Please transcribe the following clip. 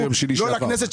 לא לכנסת,